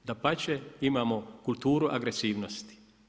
Dapače, imamo kulturu agresivnosti.